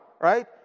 right